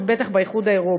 ובטח באיחוד האירופי.